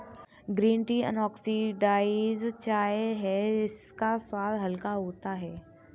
green tea unoxidised चाय है इसका स्वाद हल्का होता है